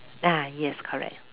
ah yes correct